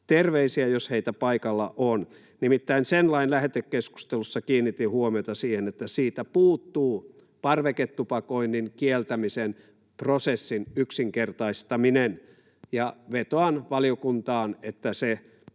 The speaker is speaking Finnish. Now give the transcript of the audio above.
terveisiä, jos heitä paikalla on. Nimittäin sen lain lähetekeskustelussa kiinnitin huomiota siihen, että siitä puuttuu parveketupakoinnin kieltämisen prosessin yksinkertaistaminen. Vetoan valiokuntaan, että se